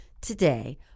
Today